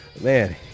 Man